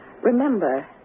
Remember